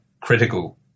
critical